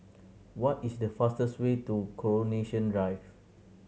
what is the fastest way to Coronation Drive